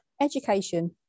education